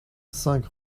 cinq